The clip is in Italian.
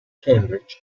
cambridge